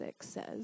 says